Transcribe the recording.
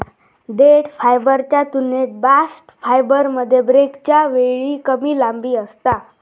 देठ फायबरच्या तुलनेत बास्ट फायबरमध्ये ब्रेकच्या वेळी कमी लांबी असता